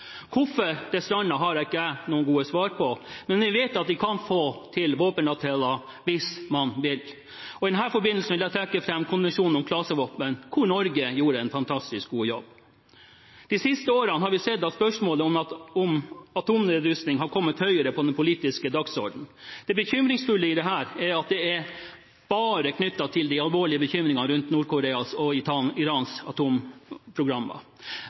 Hvorfor det strandet, har ikke jeg noen gode svar på, men vi vet at man kan få til våpenavtaler hvis man vil. I den forbindelse vil jeg trekke fram konvensjonen om klasevåpen, hvor Norge gjorde en fantastisk god jobb. De siste årene har vi sett at spørsmålet om atomnedrustning har kommet høyere på den politiske dagsordenen. Det bekymringsfulle i dette er at det bare er knyttet til de alvorlige bekymringene rundt Nord-Koras og Irans atomprogrammer.